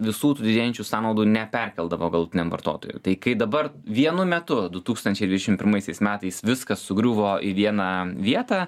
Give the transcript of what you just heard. visų tų didėjančių sąnaudų neperkeldavo galutiniam vartotojui tai kai dabar vienu metu du tūkstančiai dvidešim pirmaisiais metais viskas sugriuvo į vieną vietą